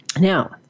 Now